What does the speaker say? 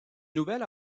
nouvelle